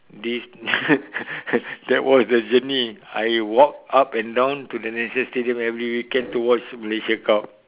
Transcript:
they that was the journey I walk up and down to the national stadium every weekend to watch Malaysia cup